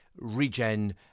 regen